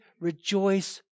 rejoice